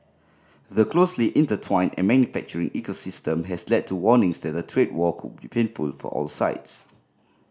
the closely intertwined and manufacturing ecosystem has led to warnings that a trade war could be painful for all sides